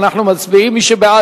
מי שבעד,